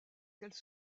qu’elle